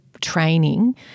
training